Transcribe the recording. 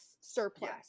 surplus